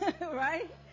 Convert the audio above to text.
right